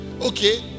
okay